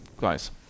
guys